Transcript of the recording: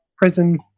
prison